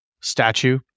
statue